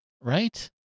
right